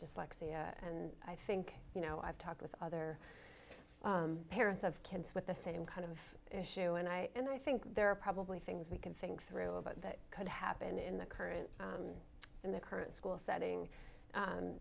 dyslexia and i think you know i've talked with other parents of kids with the same kind of issue and i think there are probably things we can think through about that could happen in the current in the current school setting